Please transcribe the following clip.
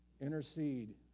Intercede